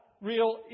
real